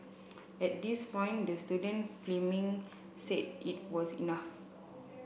at this point the student filming said it was enough